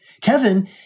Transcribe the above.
Kevin